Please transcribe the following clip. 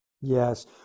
Yes